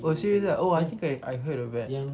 !wah! serious ah oh I think I heard of that